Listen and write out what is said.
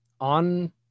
on